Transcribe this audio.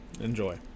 enjoy